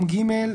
"ב'